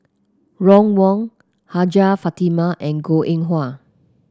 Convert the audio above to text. Ron Wong Hajjah Fatimah and Goh Eng Wah